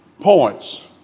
points